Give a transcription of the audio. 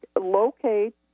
locate